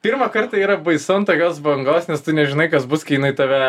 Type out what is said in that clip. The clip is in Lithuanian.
pirmą kartą yra baisu ant tokios bangos nes tu nežinai kas bus kai jinai tave